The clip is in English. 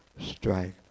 strike